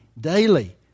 daily